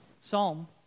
Psalm